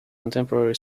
contemporary